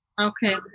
Okay